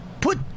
Put